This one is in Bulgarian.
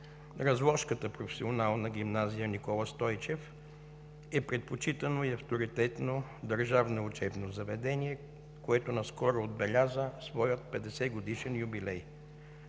Разложката Професионална гимназия „Никола Стойчев“ е предпочитано и авторитетно държавно учебно заведение, което наскоро отбеляза своя 50-годишен юбилей.